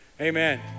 Amen